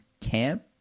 Camp